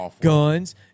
guns